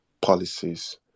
policies